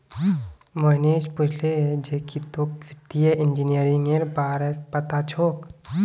मोहनीश पूछले जे की तोक वित्तीय इंजीनियरिंगेर बार पता छोक